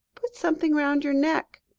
put something round your neck,